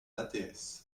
l’ats